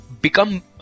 become